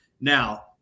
now